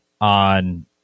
on